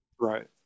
right